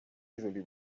easily